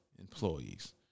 employees